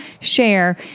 share